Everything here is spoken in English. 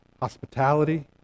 hospitality